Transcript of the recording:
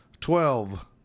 Twelve